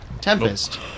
Tempest